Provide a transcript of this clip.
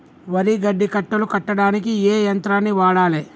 వరి గడ్డి కట్టలు కట్టడానికి ఏ యంత్రాన్ని వాడాలే?